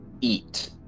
eat